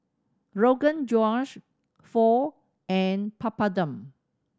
Rogan Josh Pho and Papadum